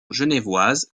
genevoise